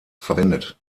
verwendet